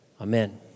Amen